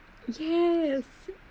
yes